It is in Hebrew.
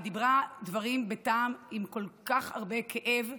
היא דיברה דברי טעם בכל כך הרבה כאב.